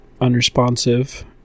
unresponsive